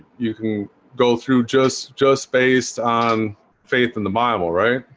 you can go through just just based on faith in the bible, right,